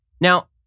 Now